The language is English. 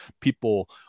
people